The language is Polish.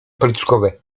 policzkowe